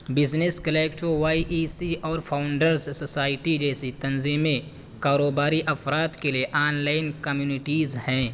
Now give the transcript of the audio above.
business collective Y E C اور founders society جیسی تنظیمیں کاروباری افراد کے لیے آن لائن کمیونٹیز ہیں